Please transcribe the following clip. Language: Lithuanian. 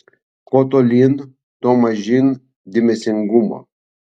kuo tolyn tuo mažyn dėmesingumo